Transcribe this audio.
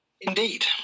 Indeed